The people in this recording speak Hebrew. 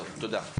זהו, תודה.